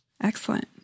Excellent